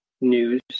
news